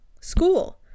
school